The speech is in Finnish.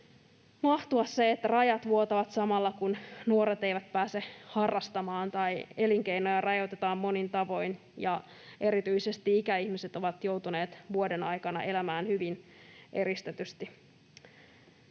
mahtua se, että rajat vuotavat samalla, kun nuoret eivät pääse harrastamaan tai elinkeinoja rajoitetaan monin tavoin. Ja erityisesti ikäihmiset ovat joutuneet vuoden aikana elämään hyvin eristetysti.